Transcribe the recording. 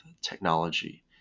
technology